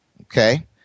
Okay